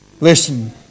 Listen